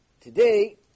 Today